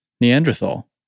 Neanderthal